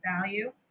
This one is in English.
value